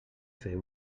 fer